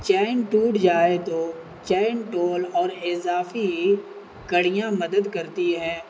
چین ٹوٹ جائے تو چین ٹول اور اضافی کڑیاں مدد کرتی ہیں